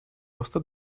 роста